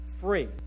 free